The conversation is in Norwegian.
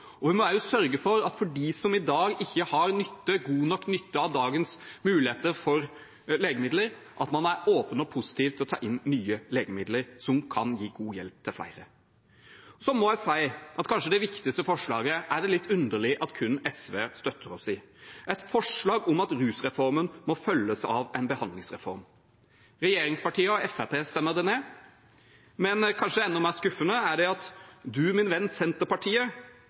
og vi må også sørge for at man med tanke på dem som i dag ikke har god nok nytte av dagens muligheter for legemidler, er åpen og positiv til å ta inn nye legemidler, som kan gi god hjelp til flere. Så må jeg si at det kanskje viktigste forslaget er det litt underlig at kun SV støtter oss i – et forslag om at rusreformen må følges av en behandlingsreform. Regjeringspartiene og Fremskrittspartiet stemmer det ned. Men kanskje enda mer skuffende er det at «du, min venn» Senterpartiet